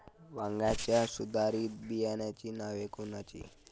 वांग्याच्या सुधारित बियाणांची नावे कोनची?